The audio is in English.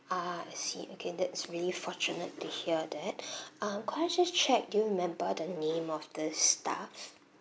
ah I see okay that's really fortunate to hear that um could I just check do you remember the name of the staff